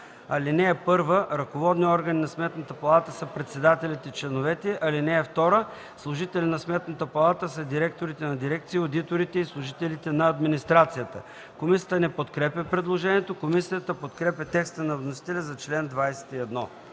така: (1) Ръководни органи на Сметната палата са председателят и членовете. (2) Служители на Сметната палата са директорите на дирекции, одиторите и служителите на администрацията”. Комисията не подкрепя предложението. Комисията подкрепя текста на вносителя за чл. 21.